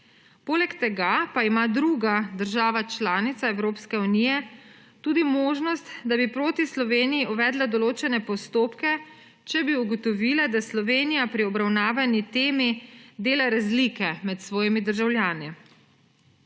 Poleg tega pa ima druga država članica Evropske unije tudi možnost, da bi proti Sloveniji uvedla določene postopke, če bi ugotovila, da Slovenija pri obravnavani temi dela razlike med svojimi državljani.